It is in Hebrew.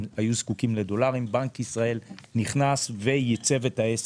הם היו זקוקים לדולרים בנק ישראל נכנס וייצב את העסק.